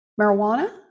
marijuana